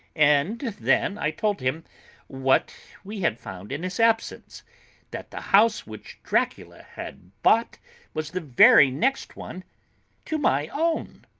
and then i told him what we had found in his absence that the house which dracula had bought was the very next one to my own.